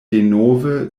denove